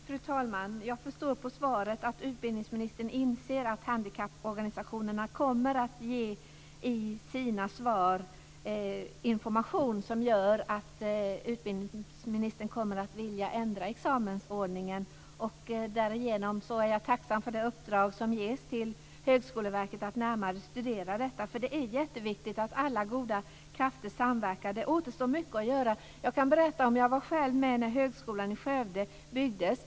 Fru talman! Jag förstår på svaret att utbildningsministern inser att handikapporganisationerna i sina svar kommer att ge information som gör att utbildningsministern kommer att vilja ändra examensordningen. Därigenom är jag tacksam för det uppdrag som ges till Högskoleverket att närmare studera detta. Det är nämligen mycket viktigt att alla goda krafter samverkar. Det återstår mycket att göra. Jag kan berätta att jag själv var med när högskolan i Skövde byggdes.